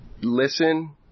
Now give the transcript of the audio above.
listen